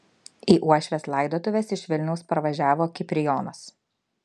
į uošvės laidotuves iš vilniaus parvažiavo kiprijonas